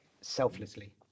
selflessly